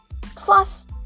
Plus